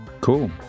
Cool